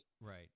Right